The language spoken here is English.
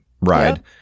ride